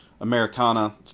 Americana